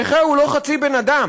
נכה הוא לא חצי בן-אדם.